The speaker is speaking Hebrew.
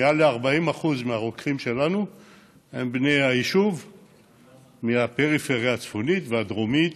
מעל ל-40% מהרוקחים שלנו הם בני היישובים מהפריפריה הצפונית והדרומית